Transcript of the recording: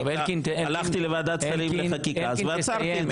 והלכתי לוועדת שרים לחקיקה ועצרתי את זה.